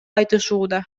айтышууда